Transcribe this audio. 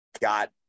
got